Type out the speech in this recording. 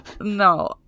No